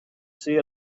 see